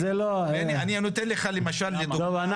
אני נותן לך למשל לדוגמה --- טוב,